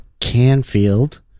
Canfield